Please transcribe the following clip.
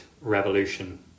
revolution